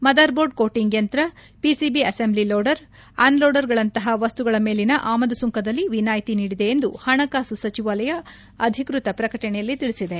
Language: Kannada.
ಮದರ್ ಬೋಡ ಕೋಟಿಂಗ್ ಯಂತ್ರ PCB assembly loader unloader ಗಳಂತಹ ವಸ್ತುಗಳ ಮೇಲಿನ ಆಮದು ಸುಂಕದಲ್ಲಿ ವಿನಾಯಿತಿ ನೀಡಿದೆ ಎಂದು ಹಣಕಾಸು ಸಚಿವಾಲಯಆ ಅಧಿಕೃತ ಪ್ರಕಟಣೆ ತಿಳಿಸಿದೆ